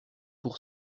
pour